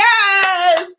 Yes